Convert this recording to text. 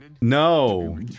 No